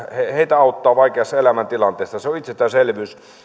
heitä auttaa vaikeassa elämäntilanteessa se on itsestäänselvyys